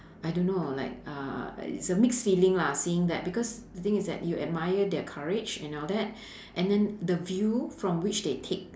I don't know uh like uh it's a mix feeling lah seeing that because the thing is that you admire their courage and all that and then the view from which they take